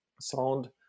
sound